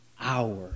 hour